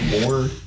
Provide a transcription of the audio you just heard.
more